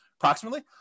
Approximately